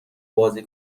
بازی